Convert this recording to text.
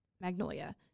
Magnolia